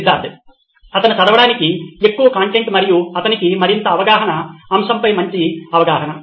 సిద్ధార్థ్ అతను చదవడానికి ఎక్కువ కంటెంట్ మరియు అతనికి మరింత అవగాహన అంశంపై మంచి అవగాహన